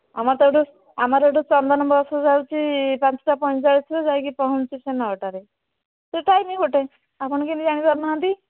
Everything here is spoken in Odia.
ଆମର ତ ଏଇଠୁ ଆମର ଏଇଠୁ ଚନ୍ଦନ ବସ ଯାଉଛି ପାଞ୍ଚଟା ପଞ୍ଚଚାଳିଶରୁ ଯାଇକି ପହଞ୍ଚୁଛି ସେ ନଅଟାରେ ସିଏ ଟାଇମ ଗୋଟିଏ ଆପଣ କେମିତି ଜାଣିପାରୁନାହାନ୍ତି